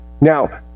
Now